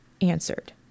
answered